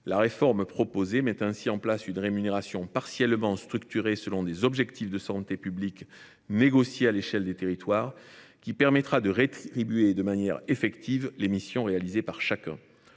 La réforme proposée mettra ainsi en place une rémunération partiellement structurée selon des objectifs de santé publique négociés à l’échelle des territoires, ce qui permettra de rétribuer de manière effective les missions réalisées par chacun.